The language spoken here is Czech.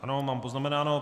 Ano, mám to poznamenáno.